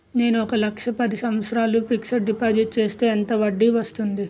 నేను ఒక లక్ష పది సంవత్సారాలు ఫిక్సడ్ డిపాజిట్ చేస్తే ఎంత వడ్డీ వస్తుంది?